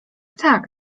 tak